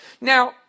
Now